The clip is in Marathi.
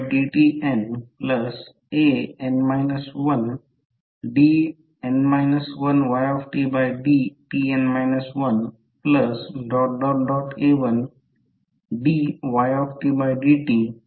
a1dytdta0ytft तरyt आउटपुट म्हणून नियुक्त केले गेले असेल तर आउटपुट इक्वेशन ytx1t आहे